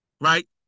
Right